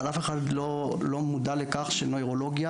אבל אף אחד לא מודע לכך שנוירולוגיה,